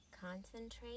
Concentrate